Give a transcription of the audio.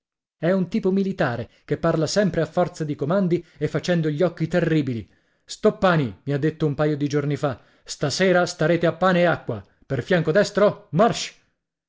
è un tipo militare che parla sempre a forza di comandi e facendo gli occhi terribili stoppani mi ha detto un paio di giorni fa stasera starete a pane e acqua per fianco destro march